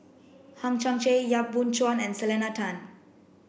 Hang Chang Chieh Yap Boon Chuan and Selena Tan